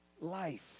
life